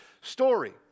story